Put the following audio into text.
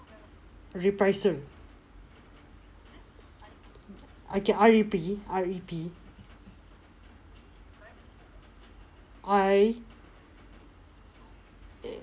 reprisal okay R E P R E P I